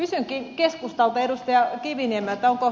kysynkin keskustalta edustaja kiviniemeltä